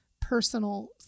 personal